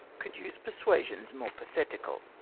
could use persuasions more pathetical.